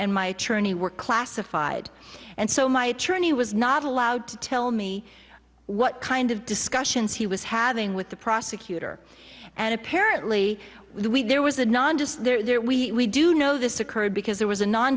and my attorney were classified and so my attorney was not allowed to tell me what kind of discussions he was having with the prosecutor and apparently there was a non just there we do know this occurred because there was a non